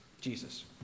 Jesus